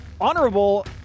honorable